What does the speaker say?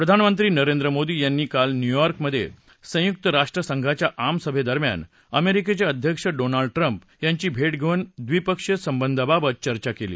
प्रधानमंत्री नरेंद्र मोदी यांनी काल न्यूयॉर्कमधे संयुक्त राष्ट्र संघाच्या आमसभेदरम्यान अमेरिकेचे अध्यक्ष डोनाल्ड ट्रंप यांची भेट घेऊन ड्रिपक्षीय संबंधांबाबत चर्चा केली